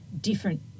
different